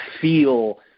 feel